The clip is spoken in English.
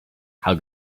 how